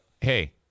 hey